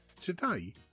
Today